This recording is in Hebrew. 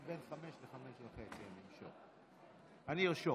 חלבית, לא מזיקה, הגיונית,